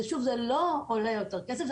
ושוב, זה לא עולה יותר כסף.